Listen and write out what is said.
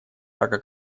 рака